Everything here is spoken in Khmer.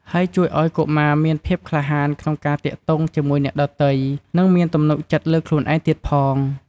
ហើយជួយឲ្យកុមារមានភាពក្លាហានក្នុងការទាក់ទងជាមួយអ្នកដទៃ និងមានទំនុកចិត្តលើខ្លួនឯងទៀងផង។